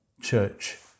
church